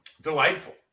Delightful